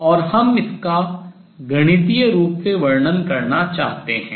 और हम इसका गणितीय रूप से वर्णन करना चाहते हैं